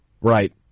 Right